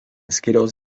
skyriaus